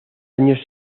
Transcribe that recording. años